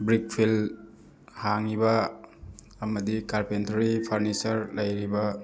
brick field ꯍꯥꯡꯉꯤꯕ ꯑꯃꯗꯤ carpentry furniture ꯂꯩꯔꯤꯕ